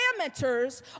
parameters